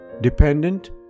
dependent